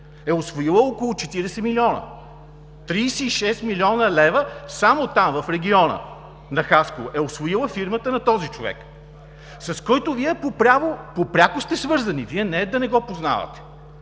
е усвоила около 40 милиона. Тридесет и шест милиона лева само там, в региона на Хасково е усвоила фирмата на този човек, с когото Вие пряко сте свързани, не е да не го познавате.